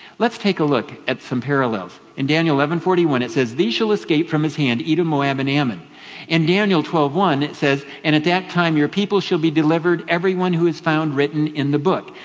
let's take a look at some parallels. in daniel eleven forty one it says, these shall escape from his hand edom, moab. and ammon. and in daniel twelve one it says, and at that time your people shall be delivered, every one who is found written in the book.